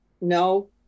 No